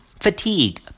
Fatigue